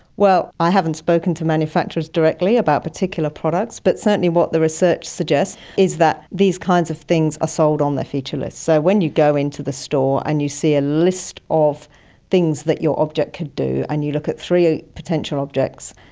well, i haven't spoken to manufacturers directly about particular products, but certainly what the research suggests is that these kinds of things are sold on their feature list. so when you go into the store and you see a list of things that your object could do and you look at three potential objects,